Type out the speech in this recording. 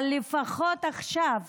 אבל לפחות עכשיו